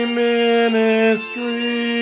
ministry